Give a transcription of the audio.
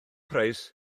price